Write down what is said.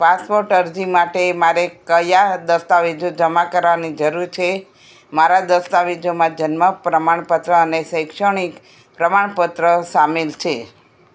passport અરજી માટે મારે કયા દસ્તાવેજો જમા કરવાની જરૂર છે મારા દસ્તાવેજોમાં જન્મ પ્રમાણપત્ર અને શૈક્ષણિક પ્રમાણપત્ર સામેલ છે